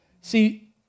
See